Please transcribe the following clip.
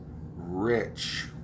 rich